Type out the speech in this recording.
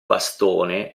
bastone